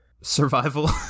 Survival